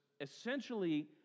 essentially